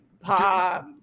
pop